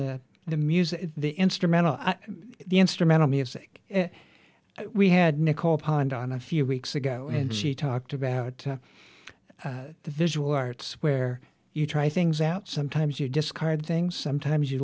the the music the instrumental the instrumental music and we had nicole pond on a few weeks ago and she talked about the visual arts where you try things out sometimes you discard things sometimes you